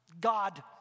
God